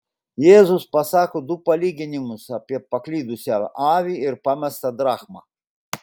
jėzus pasako du palyginimus apie paklydusią avį ir pamestą drachmą